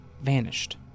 vanished